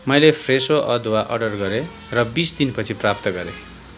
मैले फ्रेसो अदुवा अर्डर गरेँ र बिस दिनपछि प्राप्त गरेँ